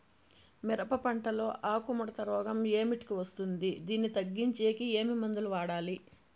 మిరప పంట లో ఆకు ముడత రోగం ఏమిటికి వస్తుంది, దీన్ని తగ్గించేకి ఏమి మందులు వాడాలి?